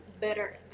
better